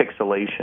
pixelation